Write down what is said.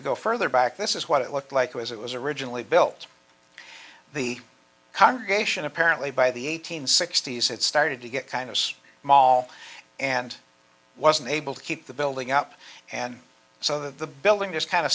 you go further back this is what it looked like as it was originally built the congregation apparently by the eight hundred sixty s it started to get kind of small and wasn't able to keep the building up and so the building just kind